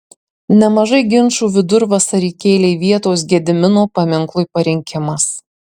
nemažai ginčų vidurvasarį kėlė vietos gedimino paminklui parinkimas